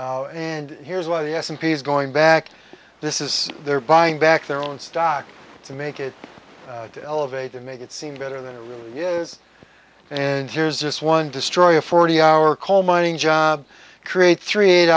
covering and here's why the s and p is going back this is they're buying back their own stock to make it to elevate to make it seem better than it really is and here's this one destroy a forty hour coal mining job create three eight